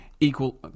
Equal